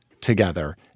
together